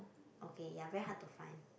okay ya very hard to find